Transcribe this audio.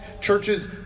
churches